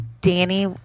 Danny